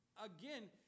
again